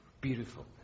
Beautiful